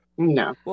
No